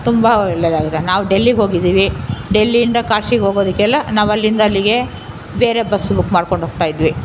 ತುಂಬ ಒಳ್ಳೆದಾಗಿದೆ ನಾವು ಡೆಲ್ಲಿಗೆ ಹೋಗಿದ್ದೀವಿ ಡೆಲ್ಲಿಯಿಂದ ಕಾಶಿಗೆ ಹೋಗೋದಕ್ಕೆಲ್ಲ ನಾವು ಅಲ್ಲಿಂದ ಅಲ್ಲಿಗೆ ಬೇರೆ ಬಸ್ ಬುಕ್ ಮಾಡ್ಕೊಂಡು ಹೋಗ್ತಾಯಿದ್ವಿ